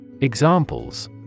Examples